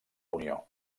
unió